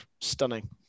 stunning